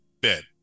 bed